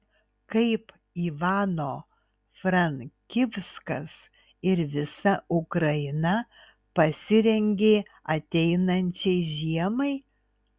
kaip ivano frankivskas ir visa ukraina pasirengė ateinančiai žiemai